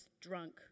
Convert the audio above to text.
drunk